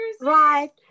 Right